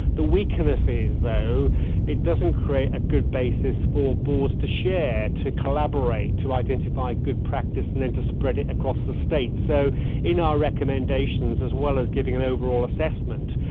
the weakness is though it doesn't create a good basis for boards to share, to collaborate, to identify good practice and then to spread it across the state. so in our recommendations, as well as giving an overall assessment,